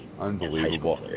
Unbelievable